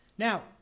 Now